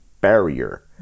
barrier